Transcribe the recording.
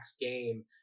game